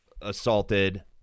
assaulted